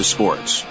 Sports